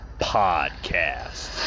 Podcast